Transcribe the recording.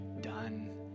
done